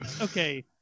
okay